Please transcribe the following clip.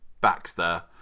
Baxter